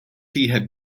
had